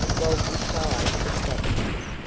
while beside the statues,